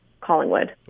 Collingwood